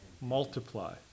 multiply